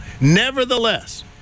Nevertheless